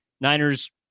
Niners